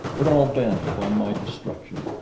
but all bent upon my destruction.